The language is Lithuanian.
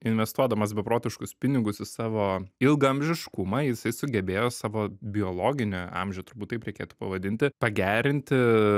investuodamas beprotiškus pinigus į savo ilgaamžiškumą jisai sugebėjo savo biologinį amžių turbūt taip reikėtų pavadinti pagerinti